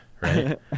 right